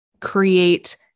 create